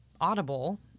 Audible